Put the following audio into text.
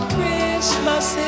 Christmas